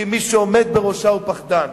כי מי שעומד בראשה הוא פחדן.